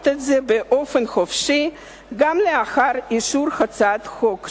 את זה באופן חופשי גם לאחר אישור הצעת החוק שלי.